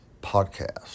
podcast